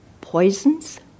poisons